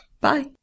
Bye